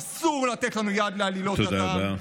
אסור לנו לתת יד לעלילות הדם.